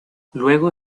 luego